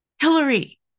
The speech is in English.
Hillary